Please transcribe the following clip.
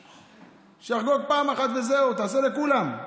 שיחגוג פעם אחת וזהו, תעשה לכולם.